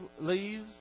leaves